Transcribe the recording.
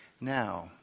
now